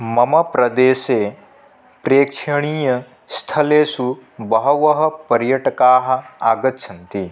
मम प्रदेशे प्रेक्षणीयस्थलेशु बहवः पर्यटकाः आगच्छन्ति